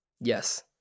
Yes